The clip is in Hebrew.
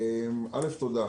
אל"ף, תודה.